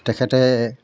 তেখেতে